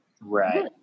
right